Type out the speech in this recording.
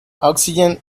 oxygen